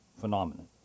phenomenon